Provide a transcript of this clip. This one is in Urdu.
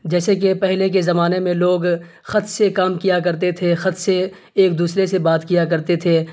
جیسے کہ پہلے کے زمانے میں لوگ خط سے کام کیا کرتے تھے خط سے ایک دوسرے سے بات کیا کرتے تھے